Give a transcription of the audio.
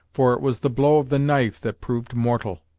for it was the blow of the knife that proved mortal.